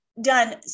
done